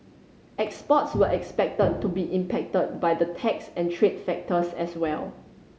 exports were expected to be impacted by the tax and trade factors as well